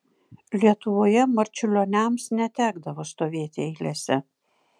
lietuvoje marčiulioniams netekdavo stovėti eilėse